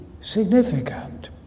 significant